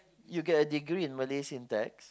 you get a degree in Malay syntax